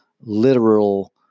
literal